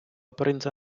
принца